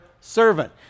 servant